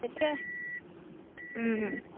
তেতিয়া